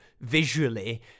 visually